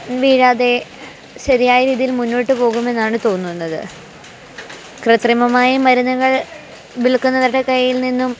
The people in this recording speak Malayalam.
വീഴാതെ ശരിയായ രീതിയിൽ മുന്നോട്ടു പോകുമെന്നാണ് തോന്നുന്നത് കൃത്രിമമായ മരുന്നുകൾ വിൽക്കുന്നവരുടെ കയ്യിൽ നിന്നും